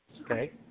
Okay